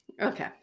Okay